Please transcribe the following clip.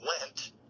went